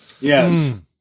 Yes